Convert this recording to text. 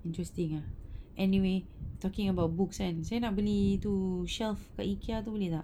interesting ah anyway talking about books kan saya nak beli itu shelf kat ikea tu boleh tak